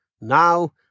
Now